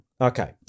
Okay